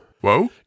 Whoa